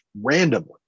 randomly